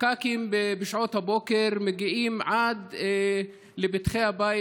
הפקקים בשעות הבוקר מגיעים עד לפתחי הבית